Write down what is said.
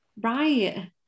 Right